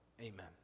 Amen